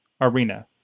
arena